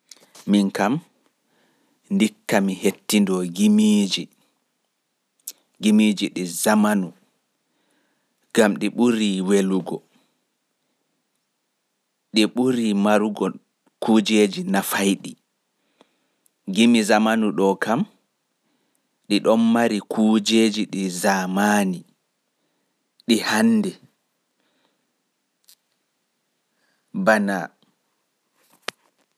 Ndikka mi hettindoo gimiiji ɗi zamani gam ɗi ɓurii wodugo kuujeji nafaiɗi. Gimiiji zamani e ɗon mari kujeeji zamani, ɗi hannde.